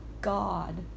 God